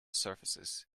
surfaces